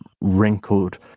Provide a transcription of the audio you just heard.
wrinkled